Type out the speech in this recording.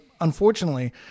unfortunately